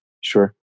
Sure